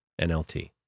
NLT